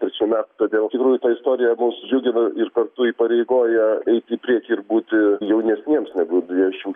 visuomet todėl iš tikrųjų ta istorija mus džiugina ir kartu įpareigoja eiti į priekį ir būti jaunesniems negu dviejų šimtų dvidešimt